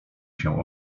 się